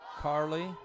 Carly